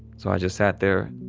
so, i just sat there.